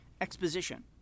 exposition